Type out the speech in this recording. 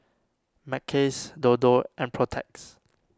Mackays Dodo and Protex